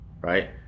right